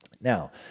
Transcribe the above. Now